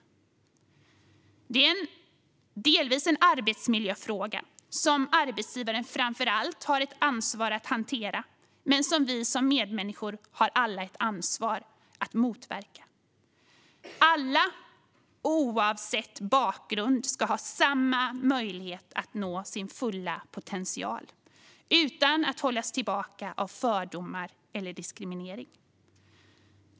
Detta är delvis en arbetsmiljöfråga som framför allt arbetsgivaren har ett ansvar för att hantera, men som vi alla medmänniskor har ett ansvar för att motverka. Alla oavsett bakgrund ska ha samma möjlighet att nå sin fulla potential utan att hållas tillbaka av fördomar eller diskriminering.